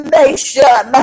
nation